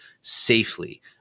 safely